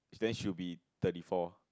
it's then she will be thirty four